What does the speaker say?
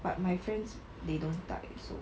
but my friends they don't 带 so